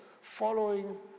following